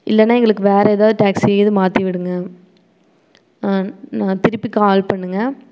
இல்லைனா எங்களுக்கு வேறு எதாவது டேக்ஸி மாற்றி விடுங்கள் நான் திருப்பி கால் பண்ணுங்கள்